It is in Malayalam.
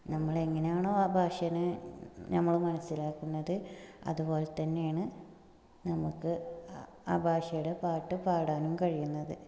നമ്മൾ എങ്ങനെയാണോ ആ ഭാഷേനെ നമ്മൾ മനസ്സിലാക്കുന്നത് അതുപോലെ തന്നെയാണ് നമുക്ക് ആ ഭാഷയുടെ പാട്ട് പാടാനും കഴിയുന്നത്